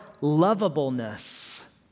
lovableness